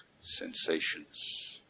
sensations